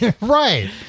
right